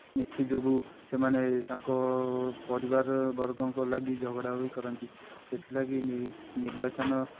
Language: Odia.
ଏଥିଯୋଗୁଁ ସେମାନେ ତାଙ୍କ ପରିବାର ବର୍ଗଙ୍କ ଲାଗି ଝଗଡ଼ା ବି କରନ୍ତି ସେଥିଲାଗି ନିର୍ବାଚନ